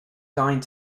dine